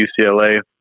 UCLA